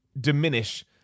diminish